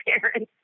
parents